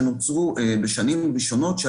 בשנים ראשונות,